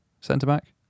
centre-back